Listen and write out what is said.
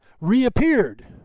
reappeared